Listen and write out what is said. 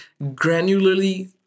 granularly